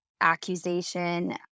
accusation